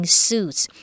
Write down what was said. suits